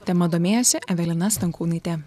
tema domėjosi evelina stankūnaitė